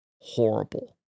horrible